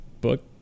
book